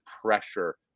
pressure